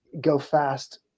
go-fast